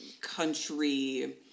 country